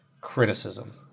criticism